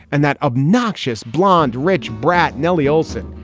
and that obnoxious blonde, rich brat, nellie olson,